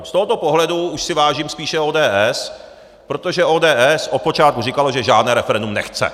Z tohoto pohledu už si vážím spíše ODS, protože ODS od počátku říkala, že žádné referendum nechce.